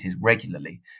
regularly